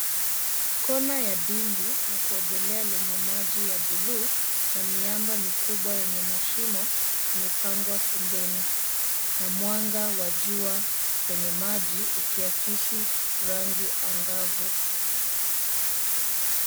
Kona ya dimbwi na kuogelea lenye maji ya buluu na miamba mikubwa yenye mashimo imepangwa pembeni na mwanga wa jua kwenye maji ukiakisi rangi angavu.